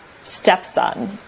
stepson